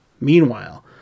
Meanwhile